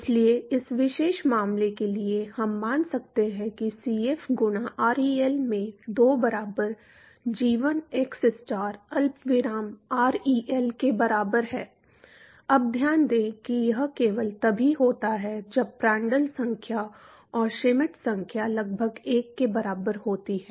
इसलिए इस विशेष मामले के लिए हम मान सकते हैं कि Cf गुणा ReL में 2 बराबर g1 xstar अल्पविराम ReL के बराबर है अब ध्यान दें कि यह केवल तभी होता है जब प्रांड्ल संख्या और श्मिट संख्या लगभग 1 के बराबर होती है